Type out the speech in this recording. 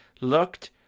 looked